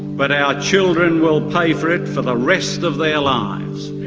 but our children will pay for it for the rest of their lives.